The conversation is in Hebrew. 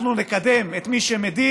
אנחנו נקדם את מי שמדיר,